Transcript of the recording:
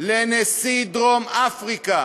לנשיא דרום-אפריקה,